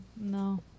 no